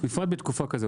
בפרט בתקופה כזאת.